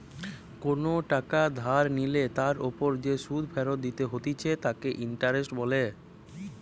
কোনো টাকা ধার নিলে তার ওপর যে সুধ ফেরত দিতে হতিছে তাকে ইন্টারেস্ট বলে